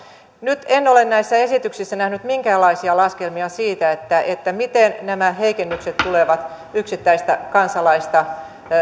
nyt en ole näissä esityksissä nähnyt minkäänlaisia laskelmia siitä siitä miten nämä heikennykset tulevat yksittäistä kansalaista